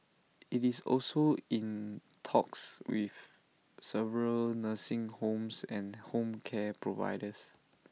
IT is also in talks with several nursing homes and home care providers